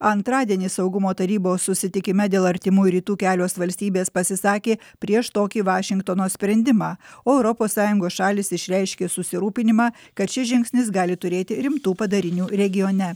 antradienį saugumo tarybos susitikime dėl artimųjų rytų kelios valstybės pasisakė prieš tokį vašingtono sprendimą o europos sąjungos šalys išreiškė susirūpinimą kad šis žingsnis gali turėti rimtų padarinių regione